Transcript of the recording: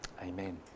Amen